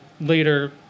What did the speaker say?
later